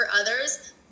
others